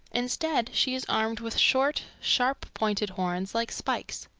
instead she is armed with short, sharp-pointed horns, like spikes.